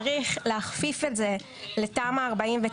צריך להחפיף את זה לתמ"א 49,